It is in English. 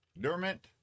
Dermot